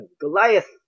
Goliath